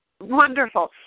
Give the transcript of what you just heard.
Wonderful